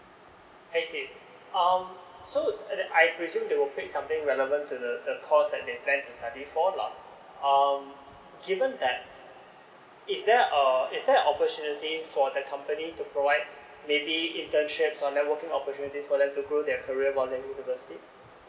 I see uhm so uh I presume they will pick something relevant to the course they plan to study for lah given that is there uh is there opportunity for the company to provide maybe internships or then working opportunities for them to grow their career while they are in university